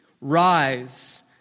rise